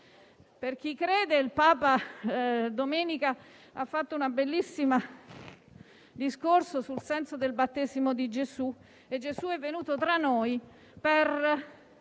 Per chi crede, il Papa domenica ha fatto un bellissimo discorso sul senso del battesimo di Gesù. Gesù è venuto tra noi per